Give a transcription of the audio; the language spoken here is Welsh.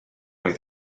oedd